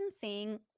seeing